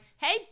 hey